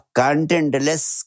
contentless